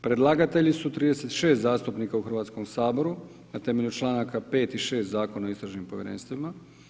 Predlagatelji su 36 zastupnika u Hrvatskome saboru, na temelju članaka 5. i 6. Zakona o istražnim povjerenstvima.